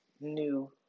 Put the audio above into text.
new